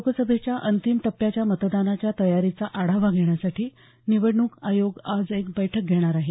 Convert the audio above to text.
लोकसभेच्या अंतिम टप्प्याच्या मतदानाच्या तयारीचा आढावा घेण्यासाठी निवडणूक आयोग आज एक बैठक घेणार आहे